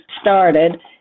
started